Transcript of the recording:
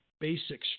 basic